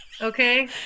okay